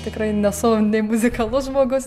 tikrai nesu nei muzikalus žmogus